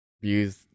use